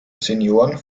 senioren